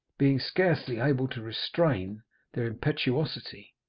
being scarcely able to restrain their impetuosity.